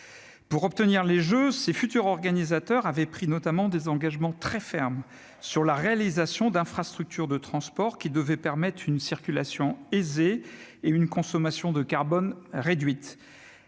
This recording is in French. Pour obtenir les jeux, ses futurs organisateurs avaient pris notamment des engagements très fermes sur la réalisation d'infrastructures de transport, qui devaient permettre une circulation aisée et une consommation de carbone réduite.